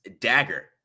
Dagger